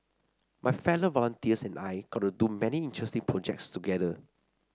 my fellow volunteers and I got to do many interesting projects together